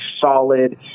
solid